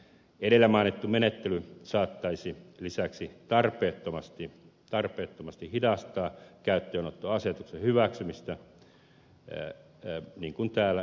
edellä mainittu menettely saattaisi lisäksi tarpeettomasti hidastaa käyttöönottoasetuksen hyväksymistä niin kuin täällä ed